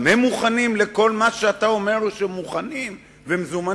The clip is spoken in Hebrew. גם הם מוכנים לכל מה שאתה אומר שהם מוכנים ומזומנים?